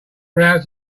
browsed